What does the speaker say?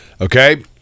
Okay